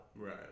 Right